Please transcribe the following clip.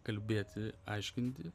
kalbėti aiškinti